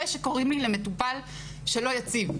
ושקורים למטופל שלא יציב.